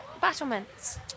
battlements